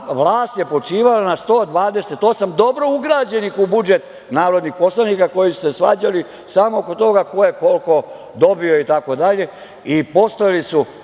vlast je počivala na 128, dobro ugrađenih u budžet, narodnih poslanika koji su se svađali samo oko toga ko je koliko dobio. Postojali